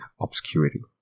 obscurity